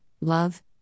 love